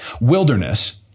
Wilderness